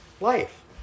life